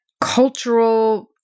cultural